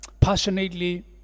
passionately